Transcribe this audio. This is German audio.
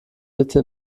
bitte